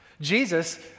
Jesus